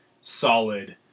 solid